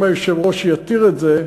אם היושב-ראש יתיר את זה,